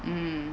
mm